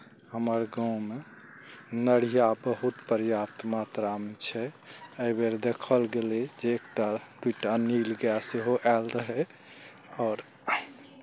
हमर गाँवमे नढ़िया बहुत पर्याप्त मात्रामे छै एहि बेर देखल गेलै जे एक टा दुइ टा नील गाए सेहो आयल रहै आओर